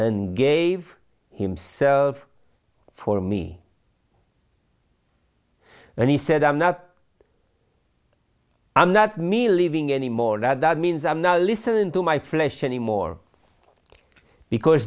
and gave himself for me and he said i'm not i'm not me living anymore that means i'm not listening to my flesh anymore because